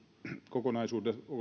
kokonaisuutena